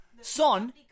Son